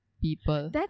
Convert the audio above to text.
people